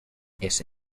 ese